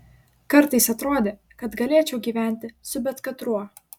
kartais atrodė kad galėčiau gyventi su bet katruo